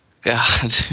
God